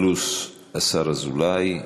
פלוס השר אזולאי,